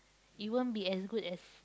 it won't be as good as